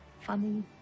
funny